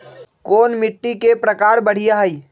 कोन मिट्टी के प्रकार बढ़िया हई?